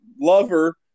lover